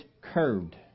curved